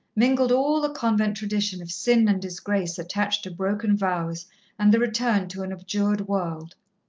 mingled all the convent tradition of sin and disgrace attached to broken vows and the return to an abjured world.